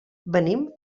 venim